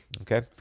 Okay